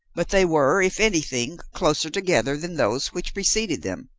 but they were, if anything, closer together than those which preceded them.